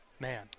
Man